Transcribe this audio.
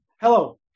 Hello